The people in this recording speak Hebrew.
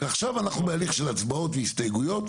עכשיו אנחנו בהליך של הצבעות והסתייגויות,